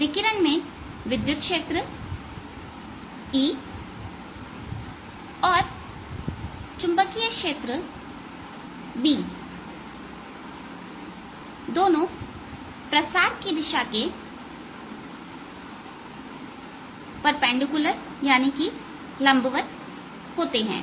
एक विकिरण में विद्युत क्षेत्र E और चुंबकीय क्षेत्र B दोनों प्रसार के दिशा के लंबवत होते हैं